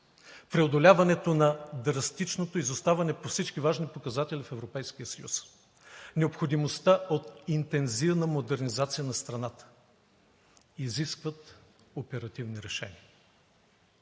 преодоляването на драстично изоставане по всички важни показатели в Европейския съюз, необходимостта от интензивна модернизация на страната изискват оперативни решения.